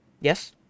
Yes